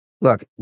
Look